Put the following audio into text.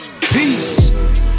Peace